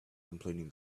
completing